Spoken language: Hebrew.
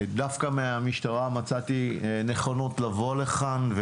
דווקא מהמשטרה מצאתי נכונות לבוא לכאן,